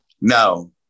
No